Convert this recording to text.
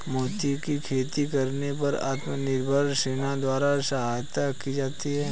मोती की खेती करने पर आत्मनिर्भर सेना द्वारा सहायता की जाती है